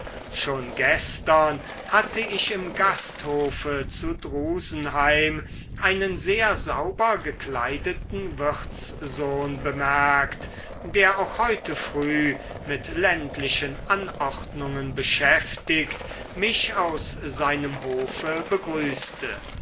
schon gestern hatte ich im gasthofe zu drusenheim einen sehr sauber gekleideten wirtssohn bemerkt der auch heute früh mit ländlichen anordnungen beschäftigt mich aus seinem hofe begrüßte